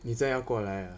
你这样过来 ah